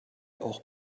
auch